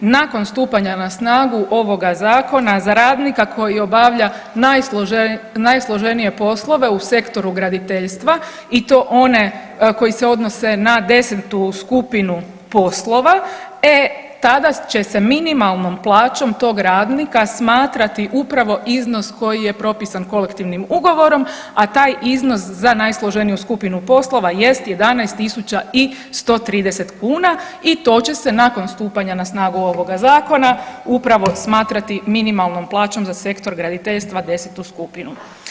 Nakon stupanja na snagu ovoga zakona za radnika koji obavlja najsloženije poslove u sektoru graditeljstva i to one koji se odnose na 10. skupinu poslova, e tada će se minimalnom plaćom tog radnika smatrati upravo iznos koji je propisan kolektivnim ugovorom, a taj iznos za najsloženiju skupinu poslova jest 11.130 kuna i to će se nakon stupanja na snagu ovoga zakona upravo smatrati minimalnom plaćom za sektor graditeljstva 10. skupinu.